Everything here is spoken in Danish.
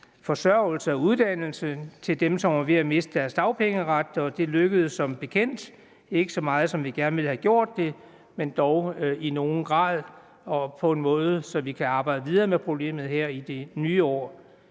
forsørgelse og uddannelse for dem, som var ved at miste deres dagpengeret, og det lykkedes som bekendt – ikke så godt, som vi gerne ville have, men dog i nogen grad og på en måde, så vi kan arbejde videre med problemet her i det nye år.